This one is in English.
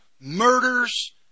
murders